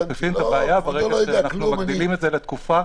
מחריפים את הבעיה ברגע שאנחנו מגבילים את זה לתקופה.